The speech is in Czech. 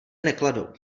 nekladou